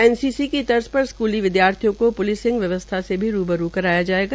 NCC की तर्ज पर स्कूली विद्यार्थियों को प्लिससिंग व्यवस्था से रूबरू करवाया जायेगा